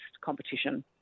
competition